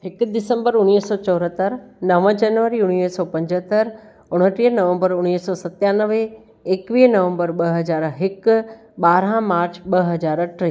हिकु दिसंबर उणिवीह सौ चोहतरि नव जनवरी उणिवीह सौ पंजहतरि उणटीह नवंबर उणिवीह सौ सतानवे एकवीह नवंबर ॿ हज़ार हिकु ॿारहं मार्च ॿ हज़ार टे